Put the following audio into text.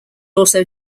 also